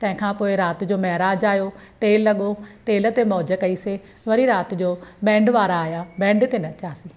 तंहिंखां पोइ राति जो महाराज आहियो तेल लॻो तेल ते मौज कइसीं वरी राति जो बैंड वारा आहिया बैंड ते नचियासीं